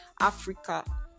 africa